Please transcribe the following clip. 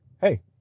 hey